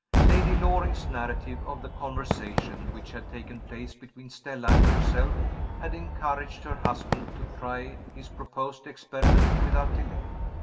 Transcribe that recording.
lady loring's narrative of the conversation which had taken place between stella and herself had encouraged her husband to try his proposed experiment without delay.